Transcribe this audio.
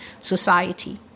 society